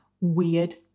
weird